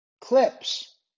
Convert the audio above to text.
clips